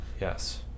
Yes